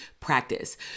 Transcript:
practice